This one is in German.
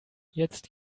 jetzt